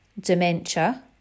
dementia